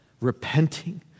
repenting